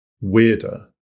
weirder